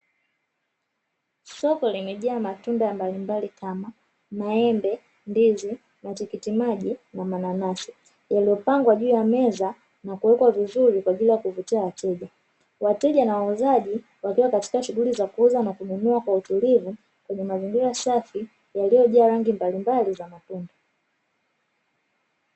Soko limejaa matunda mbalimbali kama: maembe, ndizi, matikitimaji, na mananasi, yaliyopangwa juu ya meza na kuwekwa vizuri kwa ajili ya kuvutia wateja, wateja na wauzaji wakiwa katika shughuli za kuuza na kununua kwa utulivu kwenye mazingira safi yaliyojaa rangi mbalimbali za matunda.